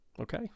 Okay